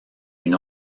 une